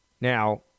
Now